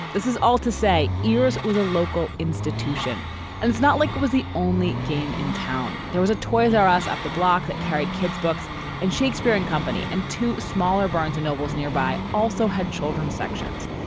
this is all to say. ears was a local institution and it's not like was the only game in town. there was a toys r us up the block that carried kids books and shakespeare and company and to smaller. barnes noble's nearby also had children's sections.